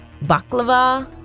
Baklava